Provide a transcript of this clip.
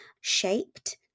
shaped